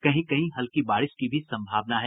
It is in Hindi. कहीं कहीं हल्की बारिश की भी संभावना है